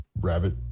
rabbit